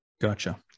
Gotcha